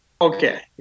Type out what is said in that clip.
Okay